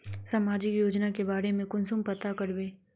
सामाजिक योजना के बारे में कुंसम पता करबे?